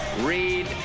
Read